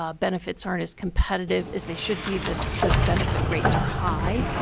ah benefits aren't as competitive as they should be, that the benefit rates are high,